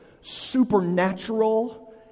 supernatural